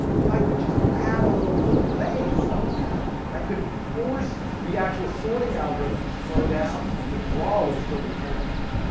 if i could just add a little delay somewhere i could force the actual sorting algorithm to slow down but draw would still be animating.